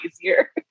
easier